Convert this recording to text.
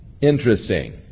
Interesting